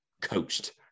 coached